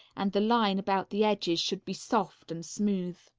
and the line about the edges should be soft and smooth.